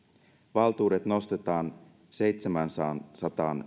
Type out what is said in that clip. valtuudet nostetaan seitsemäänsataan